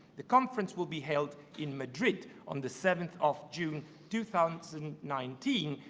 the conference will be held in madrid on the seventh of june two thousand and nineteen,